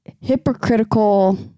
hypocritical